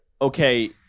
Okay